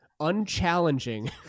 unchallenging